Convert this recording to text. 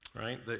right